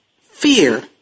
fear